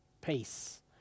peace